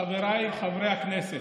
חבריי חברי הכנסת,